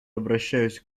обращаюсь